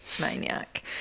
maniac